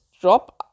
drop